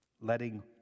letting